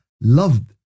loved